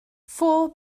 four